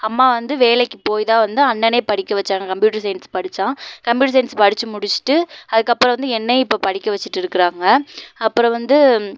அம்மா வந்து வேலைக்கு போய் தான் வந்து அண்ணனே படிக்க வச்சாங்கள் கம்பியூட்டர் சையின்ஸ் படிச்சான் கம்பியூட்டர் சையின்ஸ் படித்து முடிச்சிட்டு அதுக்கப்புறம் வந்து என்னையும் இப்போ படிக்க வச்சிகிட்டுருக்குறாங்க அப்புறம் வந்து